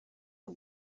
für